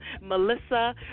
Melissa